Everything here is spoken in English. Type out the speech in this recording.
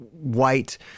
white